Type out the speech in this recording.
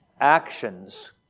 Actions